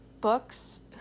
books